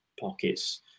pockets